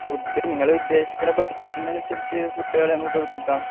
food നിങ്ങള് ഉദ്ദേശിക്കുന്ന ബഡ്ജറ്റിനനുസരിച്ച് ഫുഡ്ഡുകള് നമുക്ക് എത്തിക്കാം